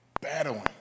battling